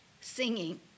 singing